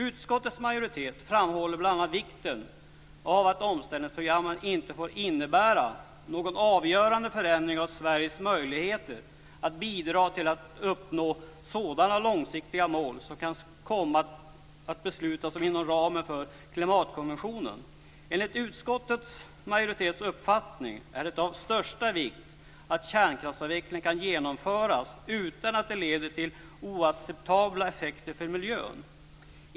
Utskottets majoritet framhåller bl.a. vikten av att omställningsprogrammet inte får innebära någon avgörande förändring av Sveriges möjligheter att bidra till att uppnå sådana långsiktiga mål som kan komma att beslutas inom ramen för klimatkonventionen. Enligt utskottets majoritets uppfattning är det av största vikt att kärnkraftsavvecklingen kan genomföras utan att den leder till oacceptabla effekter för miljön.